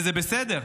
זה בסדר.